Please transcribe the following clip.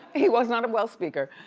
he was not a well speaker,